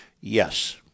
yes